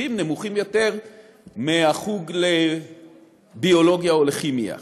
התקציבים נמוכים יותר מהחוג לביולוגיה או לכימיה.